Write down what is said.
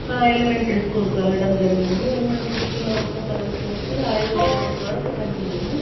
elementary స్కూల్కి వెళ్ళడం జరిగింది ఎలిమెంటరీ స్కూల్లో ఒకటవ తరగతి నుంచి ఐదో తరగతి వరకు చదివినాము